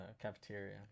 cafeteria